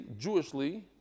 Jewishly